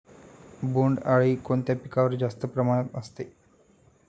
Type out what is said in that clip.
बोंडअळी कोणत्या पिकावर जास्त प्रमाणात असते?